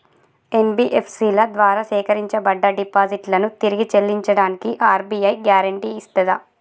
NBFC ల ద్వారా సేకరించబడ్డ డిపాజిట్లను తిరిగి చెల్లించడానికి ఆర్.బి.ఐ గ్యారెంటీ ఇస్తదా?